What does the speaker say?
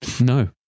No